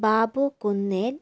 Babu Kunnel